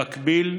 במקביל,